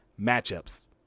matchups